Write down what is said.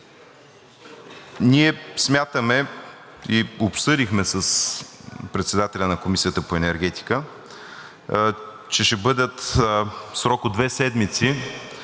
Ние смятаме и обсъдихме с председателя на Комисията по енергетика, че ще бъде в срок от две седмици.